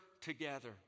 together